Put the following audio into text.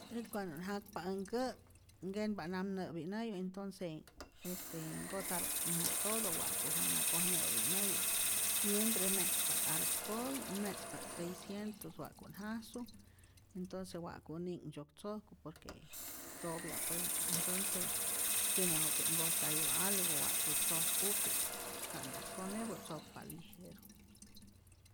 Ät cuando't jakpa äj nkä', nkenpa't nap nä'pinayu, entonce este nkojtapya't'ijna todo ja'ku jana koj nyä'pinäyu, mientre me'tzpa't arcol o me'tzpa't seicientos wa'ka't jasu, entonce wa'ku't ni'ktzyok tzojku por que topya pue intonce, tiene ja'ku't nkojtayu algo wa'ku tzojkup'pi'k ka'nta sonepä tzokpa lijeru.